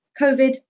COVID